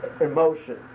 emotion